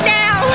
now